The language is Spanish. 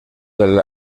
del